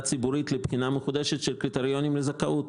ציבורית לבחינה מחודשת של הקריטריונים לזכאות.